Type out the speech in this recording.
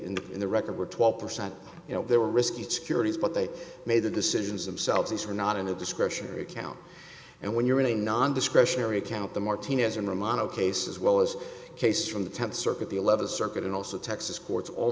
in the record were twelve percent you know they were risky it's curious but they made the decisions themselves these were not in a discretionary account and when you're in a non discretionary account the martinez and romano case as well as cases from the tenth circuit the eleventh circuit and also texas courts all